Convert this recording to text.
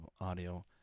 audio